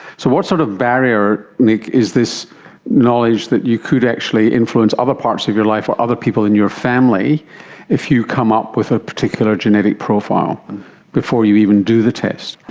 so what sort of barrier, nic, is this knowledge that you could actually influence other parts of your life or other people in your family if you come up with a particular genetic profile before you even do the test?